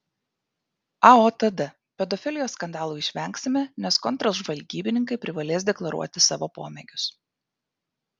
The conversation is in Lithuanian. aotd pedofilijos skandalų išvengsime nes kontržvalgybininkai privalės deklaruoti savo pomėgius